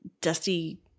dusty